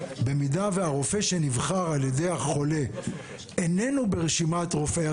במידה שהרופא שנבחר על ידי החולה איננו ברשימת רופאי